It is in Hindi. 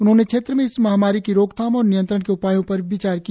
उन्होंने क्षेत्र में इस महामारी की रोकथाम और नियंत्रण के उपायों पर विचार किया